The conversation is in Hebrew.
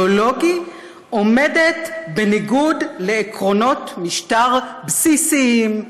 על רקע אידיאולוגי עומדת בניגוד לעקרונות משטר בסיסיים.